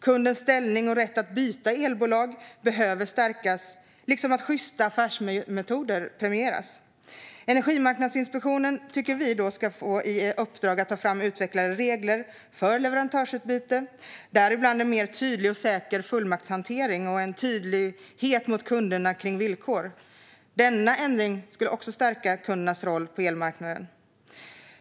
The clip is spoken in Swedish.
Kundens ställning och rätt att byta elbolag behöver stärkas, och sjysta affärsmetoder ska premieras. Energimarknadsinspektionen tycker vi ska få i uppdrag att ta fram utvecklade regler för leverantörsbyte, däribland en mer tydlig och säker fullmaktshantering och en tydlighet mot kunderna kring villkor. Denna ändring skulle också stärka kundernas roll på elmarknaden.